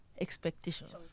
expectations